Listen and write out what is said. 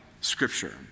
scripture